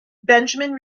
benjamin